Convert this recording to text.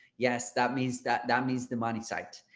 yes, that means that that means the money site.